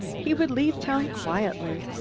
he would leave town quietly.